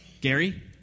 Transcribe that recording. Gary